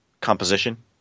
composition